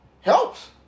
helps